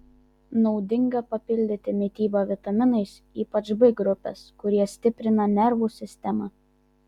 naudinga papildyti mitybą vitaminais ypač b grupės kurie stiprina nervų sistemą